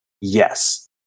Yes